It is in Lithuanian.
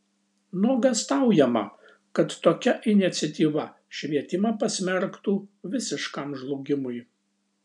nuogąstaujama kad tokia iniciatyva švietimą pasmerktų visiškam žlugimui